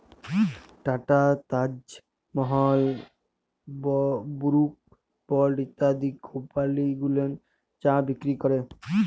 tata, Taj Mahal, Brooke Bond ইত্যাদি company গুলান চা বিক্রি ক্যরে